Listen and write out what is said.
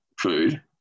food